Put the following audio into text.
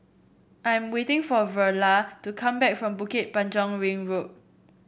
I am waiting for Verla to come back from Bukit Panjang Ring Road